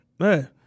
Man